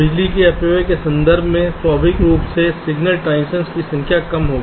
बिजली के अपव्यय के संदर्भ में स्वाभाविक रूप से सिग्नल ट्रांजिशंस की संख्या कम होगी